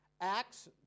Acts